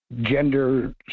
gender